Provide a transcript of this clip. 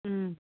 ꯎꯝ